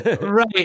Right